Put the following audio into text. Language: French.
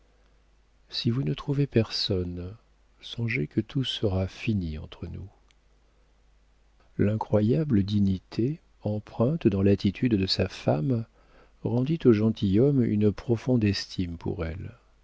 si vous ne trouvez personne songez que tout sera fini entre nous l'incroyable dignité empreinte dans l'attitude de sa femme rendit au gentilhomme une profonde estime pour elle